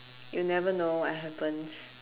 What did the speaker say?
you'll never know what happens